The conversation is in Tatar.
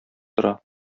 тора